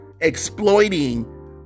exploiting